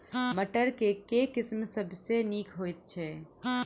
मटर केँ के किसिम सबसँ नीक होइ छै?